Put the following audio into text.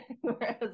whereas